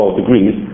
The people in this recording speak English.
degrees